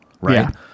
Right